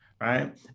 Right